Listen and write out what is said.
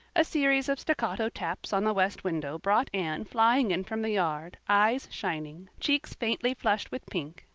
a series of staccato taps on the west window brought anne flying in from the yard, eyes shining, cheeks faintly flushed with pink,